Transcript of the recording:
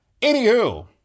anywho